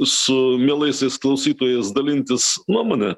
su mielaisiais klausytojais dalintis nuomone